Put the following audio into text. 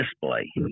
display